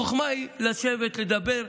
החוכמה היא לשבת ולדבר,